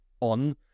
on